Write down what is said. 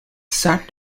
sat